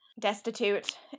destitute